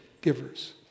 givers